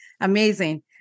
Amazing